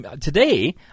Today